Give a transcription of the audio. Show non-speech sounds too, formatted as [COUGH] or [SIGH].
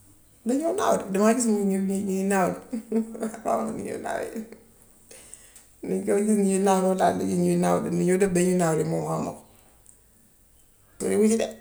Dañoo naaw de. Damaa gis ñuy ñuy nuy naaw rekk [LAUGHS] waaye xaw ma nu ñuy naawee. Nuŋ koy gis ñuy naaw, noon laa da gis ñuy naaw. Nu ñoo def buñ de naaw moom xaw ma ko. [UNINTELLIGIBLE]